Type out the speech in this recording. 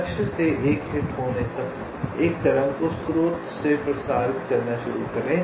लक्ष्य से एक हिट होने तक एक तरंग को स्रोत से प्रसारित करना शुरू करें